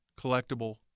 collectible